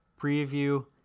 preview